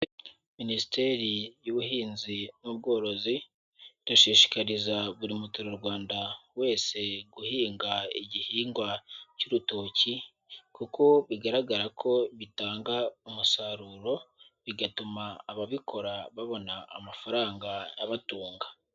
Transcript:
Minisiteri y'Ubuhinzi n'Ubworozi, irashishikariza buri muturarwanda wese guhinga igihingwa cy'urutoki kuko bigaragara ko bitanga umusaruro, bigatuma ababikora babona amafaranga abatunga.